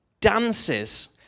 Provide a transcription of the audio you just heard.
dances